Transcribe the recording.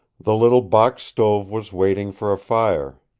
the little box stove was waiting for a fire.